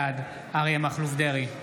בעד אריה מכלוף דרעי,